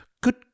Good